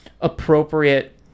appropriate